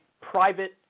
private